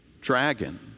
Dragon